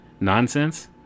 nonsense